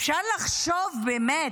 אפשר לחשוב, באמת,